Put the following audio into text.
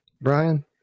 Brian